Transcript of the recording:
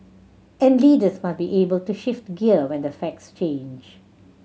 and leaders must be able to shift gear when the facts change